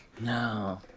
No